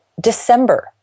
December